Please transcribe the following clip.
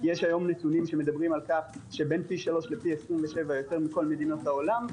יש היום נתונים שמדברים על כך שבין פי 3 לפי 27 יותר מכל מדינות העולם,